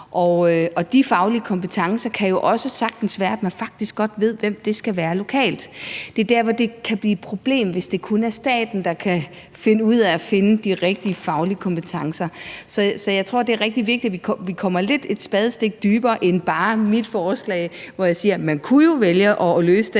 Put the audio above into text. de faglige kompetencer kan det jo også sagtens være, at man lokalt faktisk godt ved, hvem der har dem. Det er der, hvor det kan blive et problem, hvis det kun er staten, der kan finde ud af at finde de rigtige faglige kompetencer. Så jeg tror, det er rigtig vigtigt, at vi kommer et spadestik dybere end bare at tage mit forslag, hvor jeg siger, at man jo kunne vælge at løse det